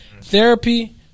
therapy